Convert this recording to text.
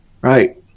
Right